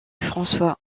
françois